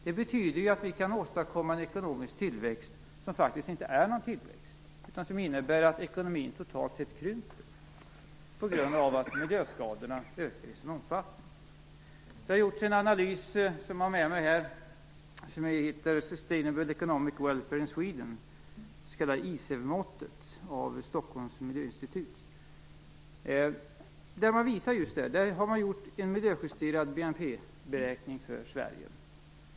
Det betyder att vi kan åstadkomma en ekonomisk tillväxt som inte är någon tillväxt, utan innebär att ekonomin totalt sett krymper på grund av att miljöskadorna ökar i sin omfattning. Det har gjorts en analys som jag har med mig här som heter Sustainable economic welfare in Sweden, det s.k. ISEW-måttet, av Stockholms miljöinstitut. Där har man gjort en miljöjusterad BNP-beräkning för Sverige.